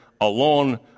alone